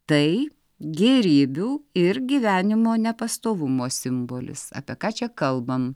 tai gėrybių ir gyvenimo nepastovumo simbolis apie ką čia kalbam